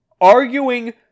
arguing